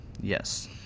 Yes